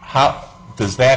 how does that